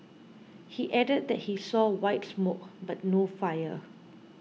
he added that he saw white smoke but no fire